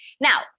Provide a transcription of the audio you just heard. Now